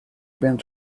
been